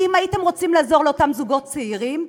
כי אם הייתם רוצים לעזור לאותם זוגות צעירים,